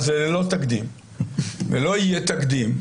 אז זה ללא תקדים ולא יהיה תקדים.